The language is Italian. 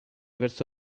verso